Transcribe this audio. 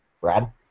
Brad